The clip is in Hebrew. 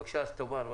בבקשה, תאמר.